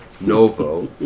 Novo